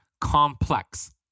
Complex